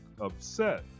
upset